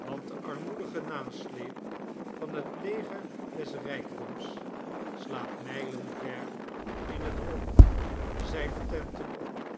want de armoedige nasleep van het leger des rijkdoms slaat mijlen ver in het rond zijne tenten op